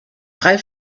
drei